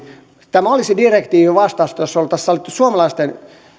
tämä olisi direktiivin vastaista jos oltaisiin sallittu suomalaisten